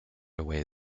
away